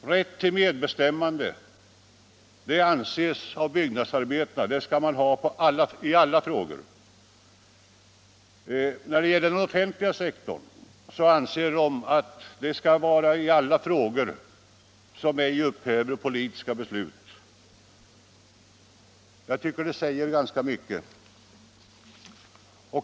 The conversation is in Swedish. Rätt till medbestämmande anser byggnadsarbetarna att man skall ha i alla frågor. När det gäller den offentliga sektorn anser de att sådan rätt skall finnas i alla frågor som ej upphäver politiska beslut. Jag tycker detta säger ganska mycket.